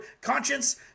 conscience